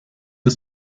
the